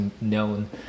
known